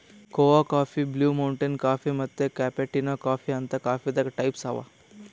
ಕೋಆ coffee, Blue Mountain coffee ಮತ್ತ್ cappuccino coffee ಅಂತ್ ಕಾಫೀದಾಗ್ ಟೈಪ್ಸ್ ಅವಾ